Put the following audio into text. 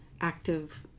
active